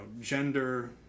gender